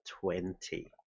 twenty